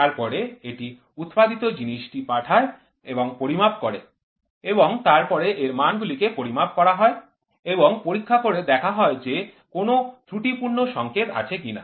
তারপরে এটি উৎপাদিত জিনিসটি পাঠায় এবং পরিমাপ করে এবং তারপরে এর মান গুলিকে পরিমাপ করা হয় এবং পরীক্ষা করে দেখা হয় যে কোনো ত্রুটিপূর্ণ সংকেত আছে কিনা